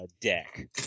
deck